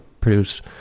produce